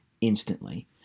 instantly